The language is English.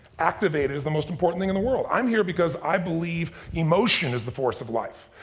activated, is the most important thing in the world. i'm here because i believe emotion is the force of life.